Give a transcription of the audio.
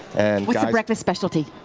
and what's your breakfast specialty?